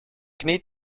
knie